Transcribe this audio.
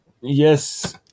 yes